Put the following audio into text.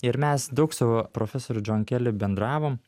ir mes daug su profesoriu džon keliu bendravom